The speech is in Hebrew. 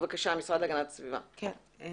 כבוד